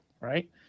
right